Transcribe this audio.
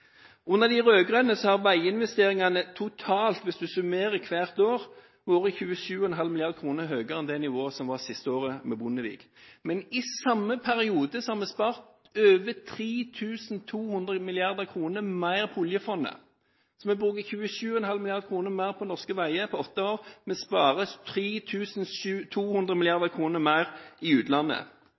Under de rød-grønne har veiinvesteringene totalt, hvis du summerer hvert år, vært 27,5 mrd. kr høyere enn det nivået som var siste året under Bondevik. Men i samme periode har vi spart over 3 200 mrd. kr mer i oljefondet. Så vi bruker 27,5 mrd. kr mer på norske veier på åtte år, men vi sparer 3 200 mrd. kr mer i utlandet.